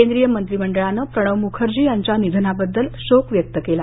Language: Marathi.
केंद्रीय मंत्रीमंडळानं प्रणव म्रखर्जी यांच्या निधनाबद्दल शोक व्यक्त केला